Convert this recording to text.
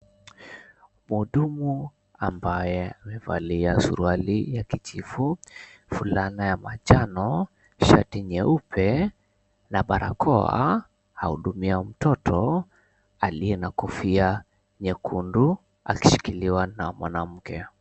Muhudumu ambaye amevalia suruali ya kijivu, fulana ya manjano, shati nyeupe, na barakoa ahudumia mtoto, aliye na kofia nyekundu, akishikiliwa na mwanamke.